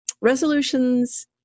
resolutions